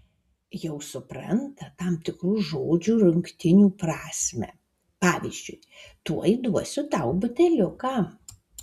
jau supranta tam tikrų žodžių jungtinių prasmę pavyzdžiui tuoj duosiu tau buteliuką